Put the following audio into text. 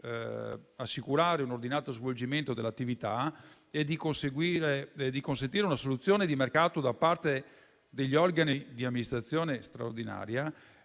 assicurare un ordinato svolgimento dell'attività e di consentire una soluzione di mercato da parte degli organi di amministrazione straordinaria,